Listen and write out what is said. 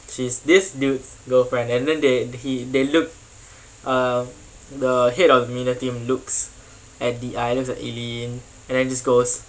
she's this dude's girlfriend and then they he they look uh the head of media team looks at D_I looks at eileen and then just goes